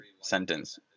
sentence